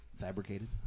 Fabricated